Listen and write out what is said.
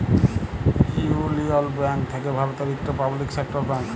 ইউলিয়ল ব্যাংক থ্যাকে ভারতের ইকট পাবলিক সেক্টর ব্যাংক